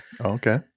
Okay